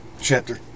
chapter